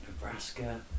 Nebraska